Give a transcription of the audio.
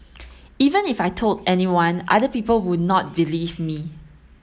even if I told anyone other people would not believe me